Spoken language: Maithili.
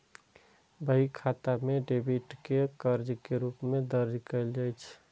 बही खाता मे डेबिट कें कर्ज के रूप मे दर्ज कैल जाइ छै